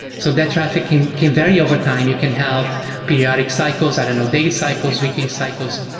so that trafficking can vary overtime. you can have periodic cycles i don't know, daily cycles, weekly cycles,